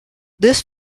this